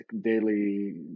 Daily